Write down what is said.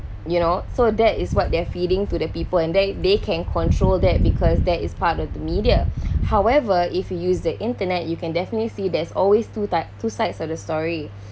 you know so that is what they're feeding to the people and they they can control that because that is part of the media however if you use the internet you can definitely see there's always two type two sides of the story